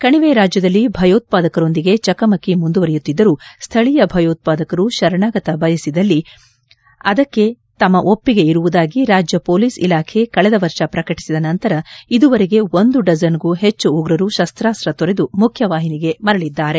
ಕಣಿವೆ ರಾಜ್ಯದಲ್ಲಿ ಭಯೋತ್ಪಾದಕರೊಂದಿಗೆ ಚಕಮಕಿ ಮುಂದುವರೆಯುತ್ತಿದ್ದರೂ ಸ್ಥಳೀಯ ಭಯೋತ್ಪಾದಕರು ಶರಣಾಗ ಬಯಸಿದ್ದಲ್ಲಿ ಅದಕ್ಕೆ ತಮ್ಮ ಒಪ್ಪಿಗೆ ಇರುವುದಾಗಿ ರಾಜ್ಯ ಮೊಲೀಸ್ ಇಲಾಖೆ ಕಳೆದ ವರ್ಷ ಪ್ರಕಟಿಸಿದ ನಂತರ ಇದುವರೆಗೆ ಒಂದು ಡಜನ್ಗೂ ಹೆಚ್ಚು ಉಗ್ರರು ಶಸ್ತ್ರಾಸ್ತ ತೊರೆದು ಮುಖ್ಯವಾಹಿನಿಗೆ ಮರಳಿದ್ದಾರೆ